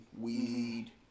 weed